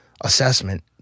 assessment